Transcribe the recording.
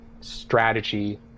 strategy